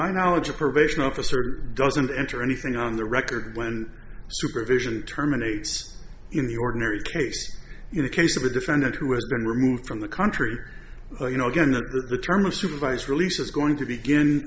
my knowledge a probation officer doesn't enter anything on the record when supervision terminates in the ordinary case in the case of a defendant who has been removed from the country you know given that the term of supervised release is going to begin